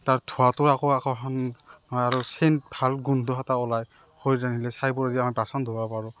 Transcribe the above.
তাৰ ধোঁৱাটোৰ একো আকৰ্ষণ হয় আৰু চেণ্ট ভাল গোন্ধ এটা ওলায় ছাইবোৰেদি আমি বাচন ধুব পাৰোঁ